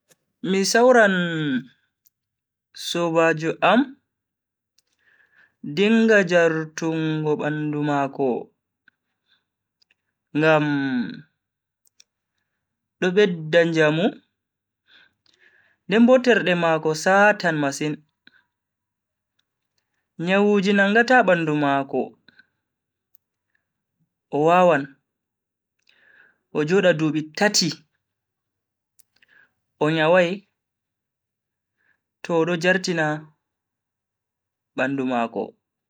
Mi sawran sobajo am dinga jartungo bandu mako ngam do bedda njamu. den bo terde mako satan masin, nyawuji nangata bandu mako, o wawan o joda dubi tati o nyawai to odo jartina bandu mako.